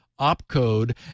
opcode